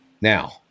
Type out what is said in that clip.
Now